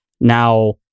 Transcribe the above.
now